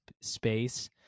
space